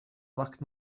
black